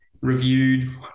reviewed